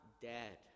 dead